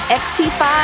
xt5